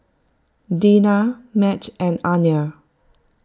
Dena Mat and Anner